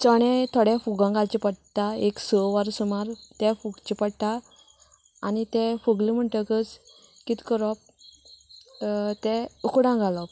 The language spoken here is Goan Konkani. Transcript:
चणे थोडें फुगोवंक घालचे पडटा एक स वरां सुमार तें फुगचें पडटा आनी तें फुगलें म्हणटकच कितें करप तें उकडूंक घालप